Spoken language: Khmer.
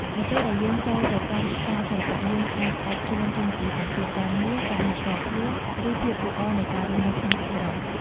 នៅពេលដែលយើងចូលទៅកាន់សាលសិល្បៈ យើងអាចផ្តាច់ខ្លួនចេញពីសម្ពាធការងារ បញ្ហាផ្ទាល់ខ្លួន ឬភាពអ៊ូអរនៃការរស់នៅក្នុងទីក្រុង។